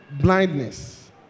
blindness